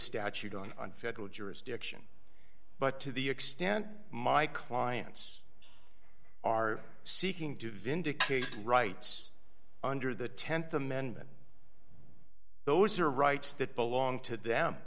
statute on on federal jurisdiction but to the extent my clients are seeking to vindicate rights under the th amendment those are rights that belong to